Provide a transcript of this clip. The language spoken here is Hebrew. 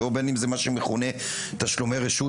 ובין אם זה מה שמכונה תשלומי הרשות,